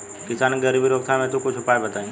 किसान के गरीबी रोकथाम हेतु कुछ उपाय बताई?